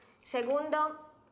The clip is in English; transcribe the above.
Segundo